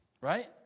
Right